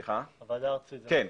כן,